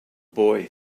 boy